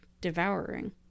devouring